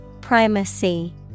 Primacy